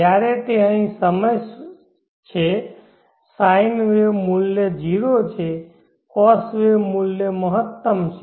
જ્યારે તે અહીં આ સમયે છે sine વેવ મૂલ્ય 0 છે cos વેવ મૂલ્ય મહત્તમ છે